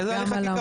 איזה הליך חקיקה?